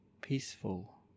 peaceful